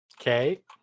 Okay